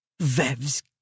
Vev's